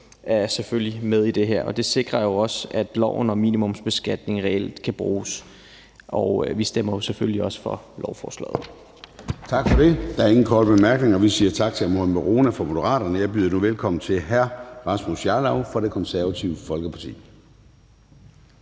det, selvfølgelig er med i det her, og det sikrer jo også, at loven om minimumsbeskatning reelt kan bruges. Vi stemmer selvfølgelig også for lovforslaget. Kl. 00:11 Formanden (Søren Gade): Tak for det. Vi siger tak til hr. Mohammad Rona fra Moderaterne. Jeg byder nu velkommen til hr. Rasmus Jarlov fra Det Konservative Folkeparti.